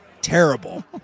terrible